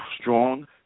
strong